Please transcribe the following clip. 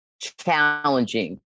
challenging